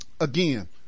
again